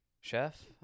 chef